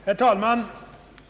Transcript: Herr talman!